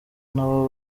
nabo